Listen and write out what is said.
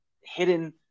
hidden